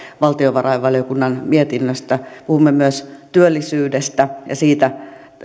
valtiovarainvaliokunnan mietinnöstä puhumme myös työllisyydestä ja siitä